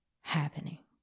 happening